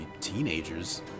teenagers